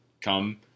come